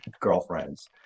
girlfriends